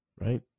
right